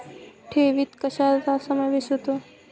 ठेवीत कशाचा समावेश होतो?